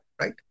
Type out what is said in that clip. Right